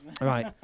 Right